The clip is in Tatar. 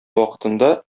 вакытында